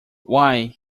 why